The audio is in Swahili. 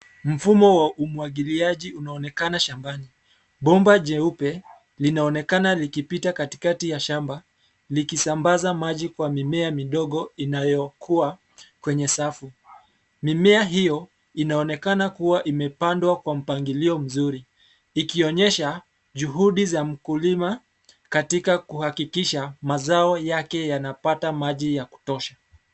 Mfumo wa umwagiliaji unaonekana shambani. Bomba jeupe linaonekana likipita katikati ya shamba likisambaza maji kwa mimea midogo inayokua kwenye safu. Mimea hio inaonekana kuwa imepandwa kwa mpangilio mzuri ikionyesha juhudi za mkulima katika kuhakikisha mazao yake yanapata maji ya kutosha.